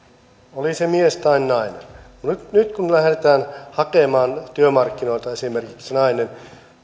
oli se mies tai nainen nyt kun kun lähdetään hakemaan työmarkkinoilta esimerkiksi